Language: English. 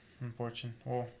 unfortunately